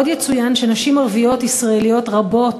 עוד יצוין שנשים ערביות ישראליות רבות